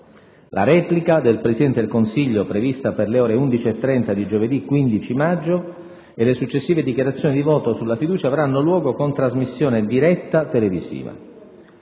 La replica del Presidente del Consiglio, prevista per le ore 11,30 di giovedì 15 maggio, e le successive dichiarazioni di voto sulla fiducia avranno luogo con trasmissione diretta televisiva.